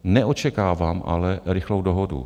Neočekávám ale rychlou dohodu.